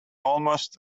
almost